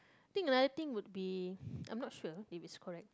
I think another thing would be I'm not sure if is correct